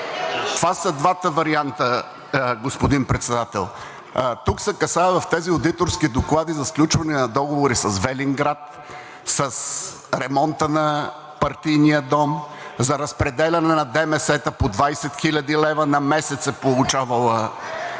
Това са двата варианта, господин Председател. В тези одиторски доклади се касае за сключване на договори с Велинград, за ремонта на Партийния дом, за разпределяне на ДМС-та – по 20 хил. лв. на месец е получавала